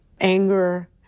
anger